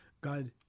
God